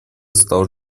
стал